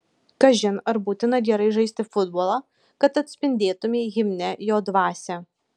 kažin ar būtina gerai žaisti futbolą kad atspindėtumei himne jo dvasią